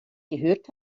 gehört